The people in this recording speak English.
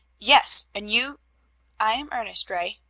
yes, and you i am ernest ray.